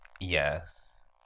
Yes